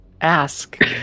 ask